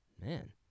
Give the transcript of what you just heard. Man